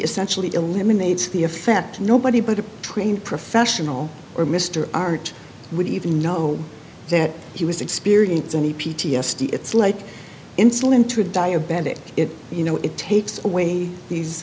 essentially eliminates the effect nobody but a trained professional or mr archer would even know that he was experiencing any p t s d it's like insulin to a diabetic if you know it takes away these